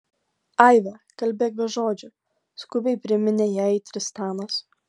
aive kalbėk be žodžių skubiai priminė jai tristanas